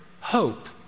hope